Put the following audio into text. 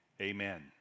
Amen